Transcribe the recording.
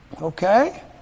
Okay